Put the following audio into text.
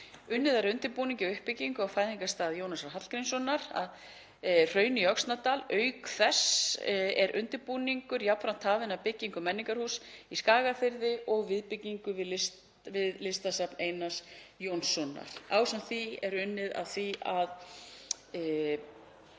Unnið er að undirbúningi og uppbyggingu á fæðingarstað Jónasar Hallgrímssonar að Hrauni í Öxnadal. Auk þess er undirbúningur jafnframt hafinn að byggingu menningarhúss í Skagafirði og viðbyggingu við Listasafn Einars Jónssonar ásamt því að unnið er að